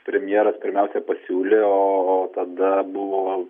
premjeras pirmiausia pasiūlė o tada buvo